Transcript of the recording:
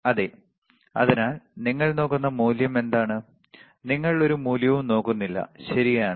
അതെ അതിനാൽ നിങ്ങൾ നോക്കുന്ന മൂല്യം എന്താണ് നിങ്ങൾ ഒരു മൂല്യവും നോക്കുന്നില്ല ശരിയാണ്